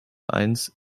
eins